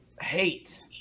hate